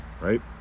right